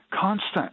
constant